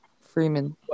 Freeman